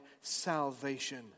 salvation